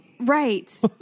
Right